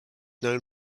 known